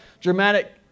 dramatic